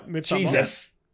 jesus